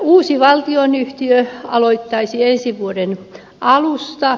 uusi valtionyhtiö aloittaisi ensi vuoden alusta